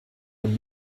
nun